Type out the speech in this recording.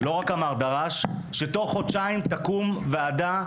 לא רק אמר דרש שבתוך חודשיים תקום ועדה,